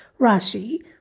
Rashi